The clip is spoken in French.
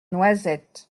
noisettes